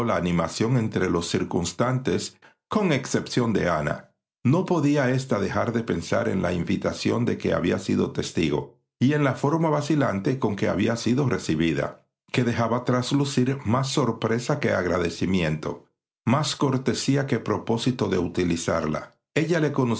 la animación entre los circunstantes con excepción de ana no podía ésta dejar de pensar en la invitación de que había sido testigo y en la forma vacilante con que había sido recibida que dejaba traslucir más sorpresa que agradecimiento más cortesía que propósito de utilizarla ella le